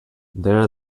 there